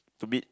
to meet